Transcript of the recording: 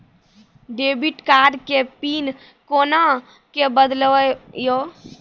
Debit card के PIN कोना के बदलबै यो?